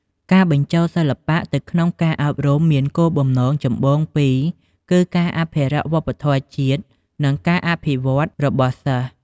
ការបញ្ចូលសិល្បៈទៅក្នុងការអប់រំមានគោលបំណងចម្បងពីរ គឺការអភិរក្សវប្បធម៌ជាតិ និងការអភិវឌ្ឍរបស់សិស្ស។